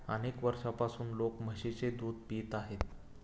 अनेक वर्षांपासून लोक म्हशीचे दूध पित आहेत